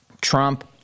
trump